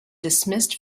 dismissed